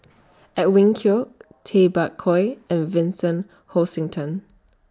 Edwin Koek Tay Bak Koi and Vincent Hoisington